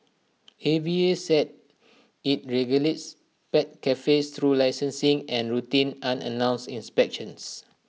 A V A said IT regulates pet cafes through licensing and routine unannounced inspections